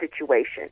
situation